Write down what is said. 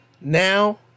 now